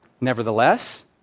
Nevertheless